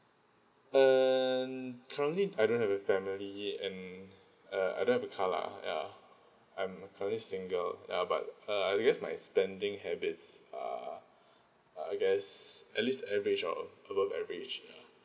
mm currently I don't have a family and uh I don't have a car lah ya i'm currently single ya but uh I guess my spending habits are uh I guess at least average or above average ya